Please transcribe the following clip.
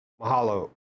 Mahalo